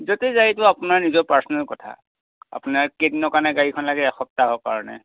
য'তেই যায় সেইটো আপোনাৰ নিজৰ পাৰ্চনেল কথা আপোনাক কেইদিনৰ কাৰণে গাড়ীখন লাগে এসপ্তাহৰ কাৰণে